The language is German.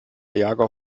jaguar